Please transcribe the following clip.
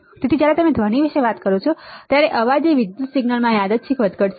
તેથી જ્યારે તમે ધ્વનિ વિશે વાત કરો છો ત્યારે અવાજ એ વિદ્યુત સિગ્નલમાં યાદચ્છિક વધઘટ છે